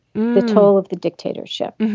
the toll of the dictatorship.